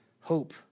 hope